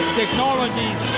technologies